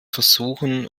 versuchen